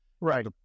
Right